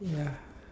ya